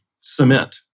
cement